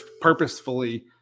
purposefully